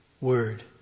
word